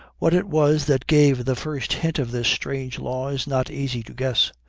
what it was that gave the first hint of this strange law is not easy to guess.